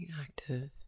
active